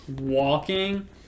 walking